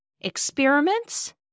experiments